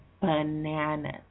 bananas